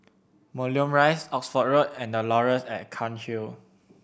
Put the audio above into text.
Moulmein Rise Oxford Road and The Laurels at Cairnhill